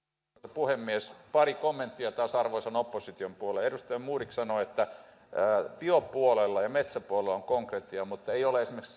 puhemies pari kommenttia taas arvoisan opposition puoleen edustaja modig sanoi että biopuolella ja metsäpuolella on konkretiaa mutta ei ole esimerkiksi